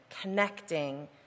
connecting